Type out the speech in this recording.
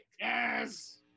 yes